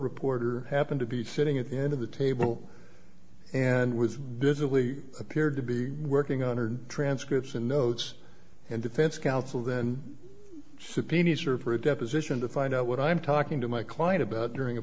reporter happened to be sitting at the end of the table and was visibly appeared to be working on her transcripts and notes and defense counsel then subpoenas are for a deposition to find out what i'm talking to my client about during a